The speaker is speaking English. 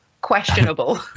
questionable